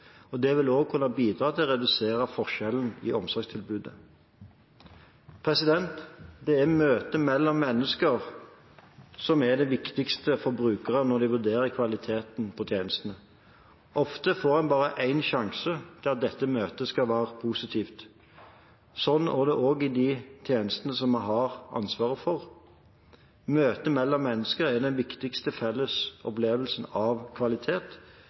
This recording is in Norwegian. Det vil også kunne bidra til å redusere forskjellen i omsorgstilbudet. Det er møtet mellom mennesker som er det viktigste for brukere når de vurderer kvaliteten på tjenestene. Ofte får en bare én sjanse til at dette møtet skal være positivt. Slik er det også i de tjenestene som vi har ansvaret for. Møter mellom mennesker er den viktigste felles opplevelsen av kvalitet.